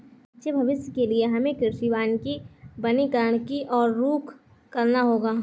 अच्छे भविष्य के लिए हमें कृषि वानिकी वनीकरण की और रुख करना होगा